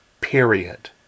Period